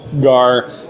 Gar